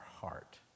heart